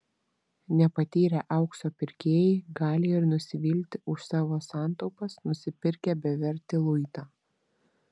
nepatyrę aukso pirkėjai gali ir nusvilti už savo santaupas nusipirkę bevertį luitą